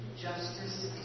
justice